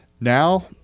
Now